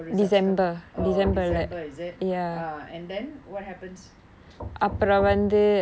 results come oh december is it ah and then what happens